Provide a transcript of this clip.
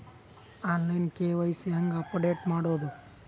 On line KYC ಹೇಂಗ update ಮಾಡೋದು?